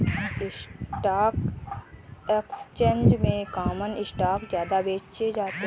stock exchange में common stock ज्यादा बेचे जाते है